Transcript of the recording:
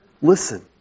listen